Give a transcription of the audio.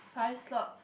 five slots